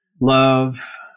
love